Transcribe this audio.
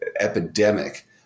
epidemic